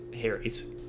Harry's